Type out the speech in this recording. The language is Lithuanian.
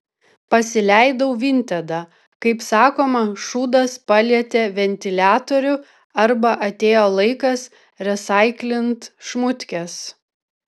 pasileidau vintedą kaip sakoma šūdas palietė ventiliatorių arba atėjo laikas resaiklint šmutkes